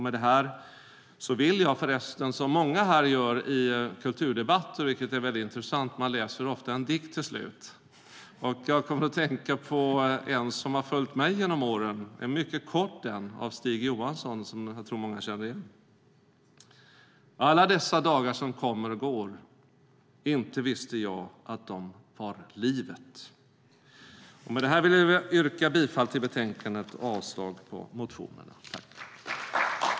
Med detta vill jag avsluta mitt anförande som många här gör i kulturdebatter, vilket är intressant, nämligen med att läsa en dikt. Jag kom att tänka på en som har följt mig genom åren. Det är en mycket kort dikt av Stig Johansson som jag tror att många känner igen. Alla dessa dagar som kom och gick inte visste jag att det var livet Med detta yrkar jag bifall till utskottets förslag i betänkandet och avslag på motionerna.